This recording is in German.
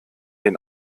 den